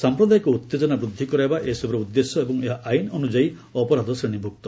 ସାଂପ୍ରଦାୟିକ ଉତ୍ତେଜନା ବୃଦ୍ଧି କରାଇବା ଏସବୁର ଉଦ୍ଦେଶ୍ୟ ଏବଂ ଏହା ଆଇନ ଅନୁଯାୟୀ ଅପରାଧ ଶ୍ରେଣୀଭୁକ୍ତ